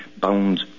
bound